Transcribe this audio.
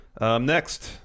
Next